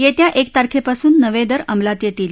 येत्या एक तारखेपासून नवे दर अंमलात येतील